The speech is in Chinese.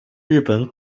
日本